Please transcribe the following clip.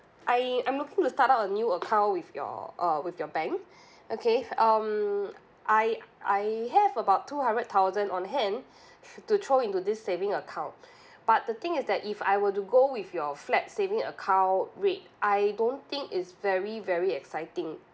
I I'm looking to start out a new account with your uh with your bank okay um I I have about two hundred thousand on hand to throw into this saving account but the thing is that if I were to go with your flat saving account rate I don't think it's very very exciting